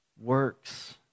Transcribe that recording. works